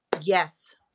Yes